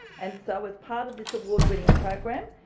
and so as part of this award-winning program,